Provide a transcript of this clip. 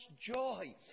joy